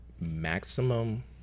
maximum